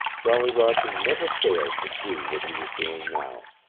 jolly roger never failed to do what he was doing now.